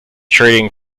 trading